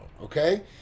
okay